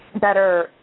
better